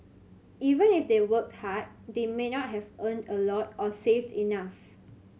even if they worked hard they may not have earned a lot or saved enough